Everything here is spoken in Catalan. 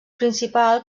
principal